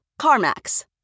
CarMax